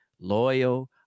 loyal